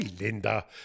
Linda